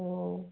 ও